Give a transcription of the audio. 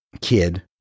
kid